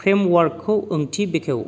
frame वार्कखौ ओंथि बेखेव